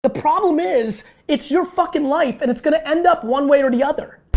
the problem is it's your fucking life and it's gonna end up one way or the other.